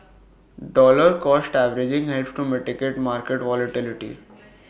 dollar cost averaging helps to mitigate market volatility